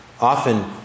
Often